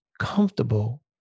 comfortable